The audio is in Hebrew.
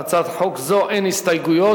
להצעת חוק זו אין הסתייגויות,